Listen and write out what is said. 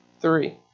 Three